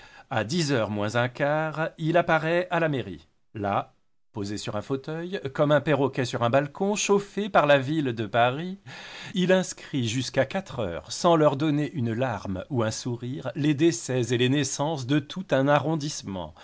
à dix heures moins un quart il apparaît à la mairie là posé sur un fauteuil comme un perroquet sur son bâton chauffé par la ville de paris il inscrit jusqu'à quatre heures sans leur donner une larme ou un sourire les décès et les naissances de tout un arrondissement